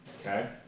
Okay